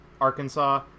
Arkansas